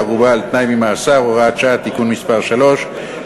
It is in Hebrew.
בערובה ומשוחררים על-תנאי ממאסר (הוראת שעה) (תיקון מס' 3),